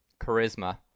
Charisma